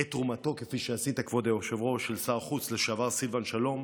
את תרומתו של שר החוץ לשעבר סילבן שלום,